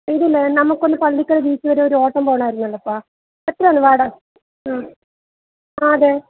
ഇതില്ലേ നമുക്ക് ഒന്ന് പള്ളിക്കൽ ബീച്ച് വരെ ഒരു ഓട്ടം പോവാണമായിരുന്നു അല്ലപ്പാ എത്രയാണ് വാടക ഉം ആ അതെ